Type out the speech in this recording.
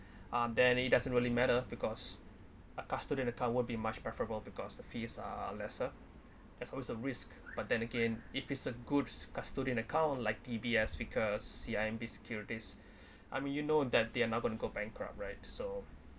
um then it doesn't really matter because a custodial account would be much preferable because the fees are lesser there's always a risk but then again if it's a good custodian account like D_B_S vickers C_I_M_B securities I mean you know that they're not going to go bankrupt right so